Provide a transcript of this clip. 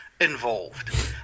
involved